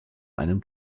einem